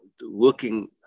looking